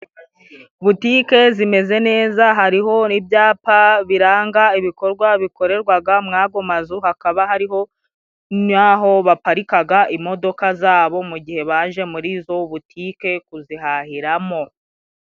Butike zimeze neza, hariho ibyapa biranga ibikorwa bikorerwaga mw'ago mazu, hakaba hariho n'aho baparikaga imodoka zabo mu gihe baje murizo butike kuzihahiramo.